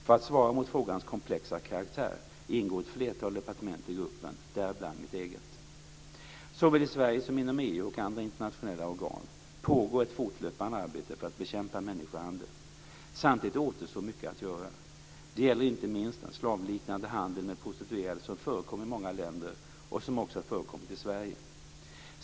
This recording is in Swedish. För att svara mot frågans komplexa karaktär ingår ett flertal departement i gruppen däribland mitt eget. Såväl i Sverige som inom EU och andra internationella organ pågår ett fortlöpande arbete för att bekämpa människohandel. Samtidigt återstår mycket att göra. Det gäller inte minst den slavliknande handel med prostituerade som förekommer i många länder och som också har förekommit i Sverige.